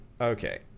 Okay